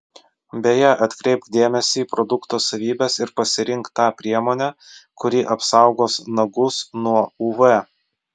beje atkreipk dėmesį į produkto savybes ir pasirink tą priemonę kuri apsaugos nagus nuo uv